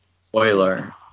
spoiler